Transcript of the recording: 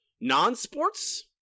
non-sports